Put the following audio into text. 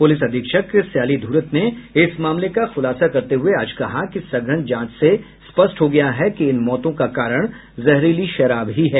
police अधीक्षक सयाली धुरत ने इस मामले का खुलासा करते हुए आज कहा कि सघन जांच से स्पष्ट हो गया है कि इन मौतों का कारण जहरीली शराब है